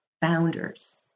founders